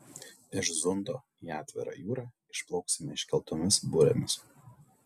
iš zundo į atvirą jūrą išplauksime iškeltomis burėmis